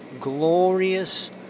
glorious